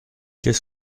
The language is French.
qu’est